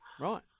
Right